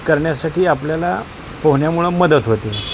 करण्यासाठी आपल्याला पोहण्यामुळं मदत होते